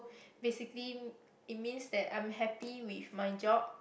basically it means that I'm happy with my job